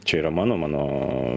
čia yra mano mano